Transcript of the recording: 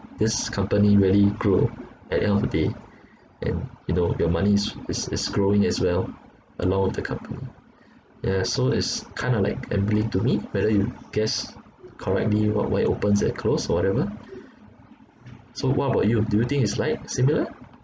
this company really grow at end of the day and you know your money's is is growing as well along with the company yeah so it's kinda like gambling to me whether you guess correctly what why opens and close or whatever so what about you do you think is like similar